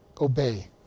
obey